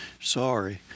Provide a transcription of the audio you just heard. sorry